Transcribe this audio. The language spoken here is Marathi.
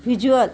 व्हिज्युअल